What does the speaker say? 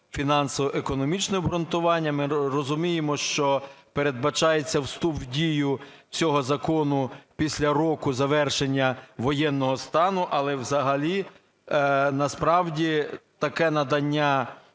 фінансово-економічне обґрунтування, ми розуміємо, що передбачається вступ в дію цього закону після року завершення воєнного стану. Але взагалі насправді таке надання